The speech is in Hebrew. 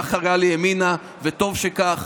כך קרה לימינה, וטוב שכך.